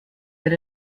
that